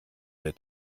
der